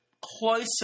closer